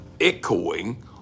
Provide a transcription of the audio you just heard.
echoing